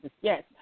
yes